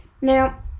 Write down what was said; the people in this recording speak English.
Now